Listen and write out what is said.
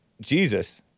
Jesus